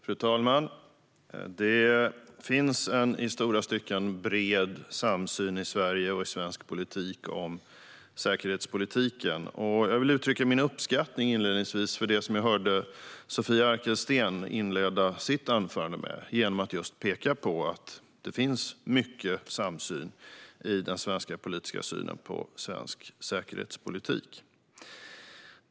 Fru talman! Det finns en i stora stycken bred samsyn i Sverige och i svensk politik om säkerhetspolitiken. Jag vill inledningsvis uttrycka min uppskattning för det som jag hörde Sofia Arkelsten inleda sitt anförande med. Hon pekade på just att det finns en stor samsyn när det gäller svensk säkerhetspolitik.